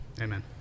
Amen